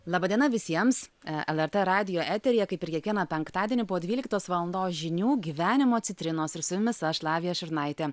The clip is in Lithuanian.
laba diena visiems e el er tė radijo eteryje kaip ir kiekvieną penktadienį po dvyliktos valandos žinių gyvenimo citrinos ir su jumis aš lavija šurnaitė